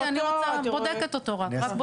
באתי ואני רק בודקת אותו.